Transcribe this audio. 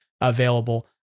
available